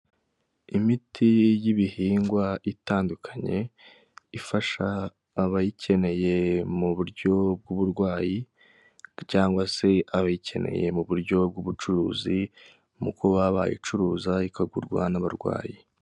Imiti y'ibihingwa itandukanye ifasha abayikeneye mu buryo bw'uburwayi cyangwa se abayikeneye mu buryo bw'ubucuruzi uko baba bayicuruza ikagurwa n'abarwayi.